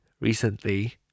recently